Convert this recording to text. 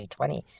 2020